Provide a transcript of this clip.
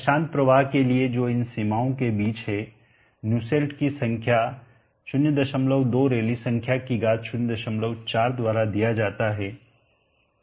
अशांत प्रवाह के लिए जो इन सीमाओं के बीच है न्यूसेल्ट की संख्या 02 रैली संख्या की घात 04 द्वारा दिया जाता है